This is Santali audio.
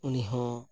ᱩᱱᱤ ᱦᱚᱸ